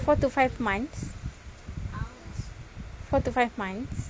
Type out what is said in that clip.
four to five months four to five months